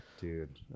Dude